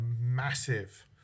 massive